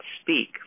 speak